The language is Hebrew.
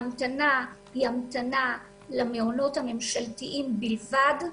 ההמתנה היא המתנה למעונות הממשלתיים בלבד.